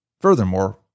Furthermore